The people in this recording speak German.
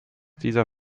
dieser